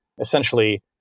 essentially